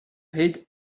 paid